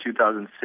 2006